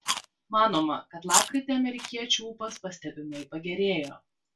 manoma kad lapkritį amerikiečių ūpas pastebimai pagerėjo